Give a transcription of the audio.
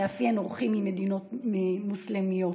שמאפיין אורחים ממדינות מוסלמיות.